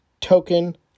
Token